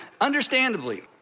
understandably